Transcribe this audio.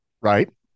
Right